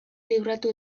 libratu